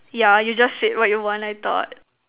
yeah you just said what you want I thought